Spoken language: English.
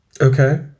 Okay